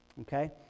okay